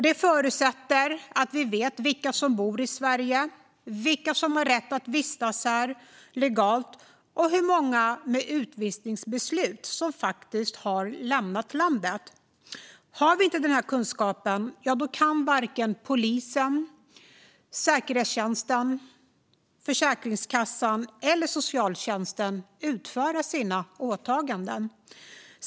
Det förutsätter att vi vet vilka som bor i Sverige, vilka som har rätt att vistas här legalt och hur många med utvisningsbeslut som faktiskt har lämnat landet. Har vi inte den kunskapen kan varken polisen, säkerhetstjänsten, Försäkringskassan eller socialtjänsten utföra sina åtaganden.